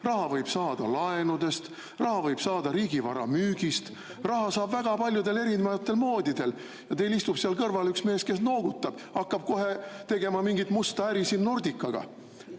raha võib saada laenudest, raha võib saada riigivara müügist, raha saab väga mitut moodi. Teil istub seal kõrval üks mees, kes noogutab, hakkab kohe tegema mingit musta äri Nordicaga.